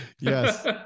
Yes